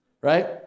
Right